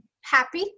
happy